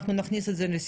אנחנו נכניס את זה לסיכום.